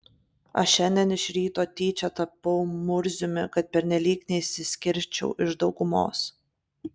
aš šiandien iš ryto tyčia tapau murziumi kad pernelyg neišsiskirčiau iš daugumos